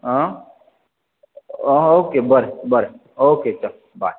आं आं okay okay बरें बरें चल बाय